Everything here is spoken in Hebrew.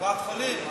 קופת-חולים.